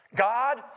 God